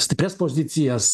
stiprias pozicijas